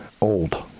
Old